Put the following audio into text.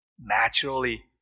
Naturally